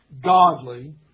godly